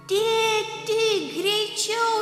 tėti greičiau